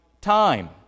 time